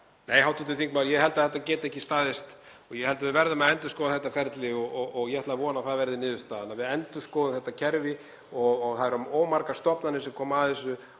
Nei, hv. þingmaður, ég held að þetta geti ekki staðist. Ég held að við verðum að endurskoða þetta ferli og ég ætla að vona að það verði niðurstaðan að við endurskoðum þetta kerfi. Það eru of margar stofnanir sem koma að þessu,